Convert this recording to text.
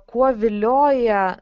kuo vilioja